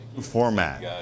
Format